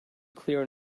clear